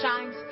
shines